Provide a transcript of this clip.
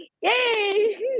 Yay